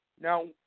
Now